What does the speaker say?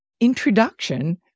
introduction